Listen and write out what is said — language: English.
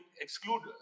exclude